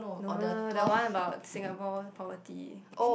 no the one about Singapore poverty eh